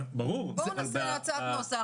בואו נעשה הצעת נוסח,